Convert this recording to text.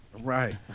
right